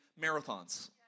marathons